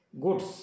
Goods